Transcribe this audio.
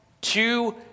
two